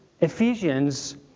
Ephesians